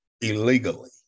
illegally